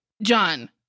John